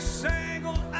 single